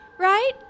right